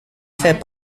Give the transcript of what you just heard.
fait